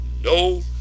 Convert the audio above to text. no